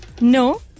No